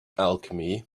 alchemy